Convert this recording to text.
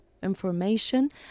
information